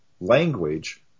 language